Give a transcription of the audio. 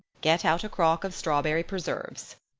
get out a crock of strawberry preserves,